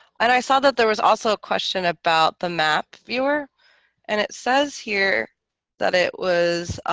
and i saw that there was also a question about the map viewer and it says here that it was